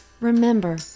remember